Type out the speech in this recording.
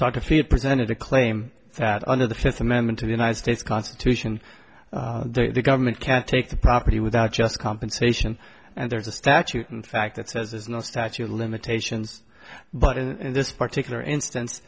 talk of fear presented to claim that under the fifth amendment to the united states constitution they the government can take the property without just compensation and there's a statute in fact that says there's no statute of limitations but in this particular instance